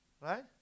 Right